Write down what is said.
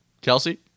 kelsey